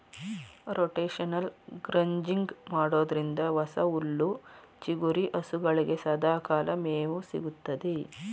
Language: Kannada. ರೋಟೇಷನಲ್ ಗ್ರಜಿಂಗ್ ಮಾಡೋದ್ರಿಂದ ಹೊಸ ಹುಲ್ಲು ಚಿಗುರಿ ಹಸುಗಳಿಗೆ ಸದಾಕಾಲ ಮೇವು ಸಿಗುತ್ತದೆ